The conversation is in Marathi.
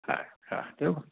हा हा ठेऊ